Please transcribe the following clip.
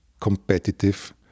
competitive